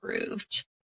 approved